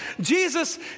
Jesus